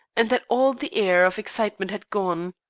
and that all the air of excitement had gone.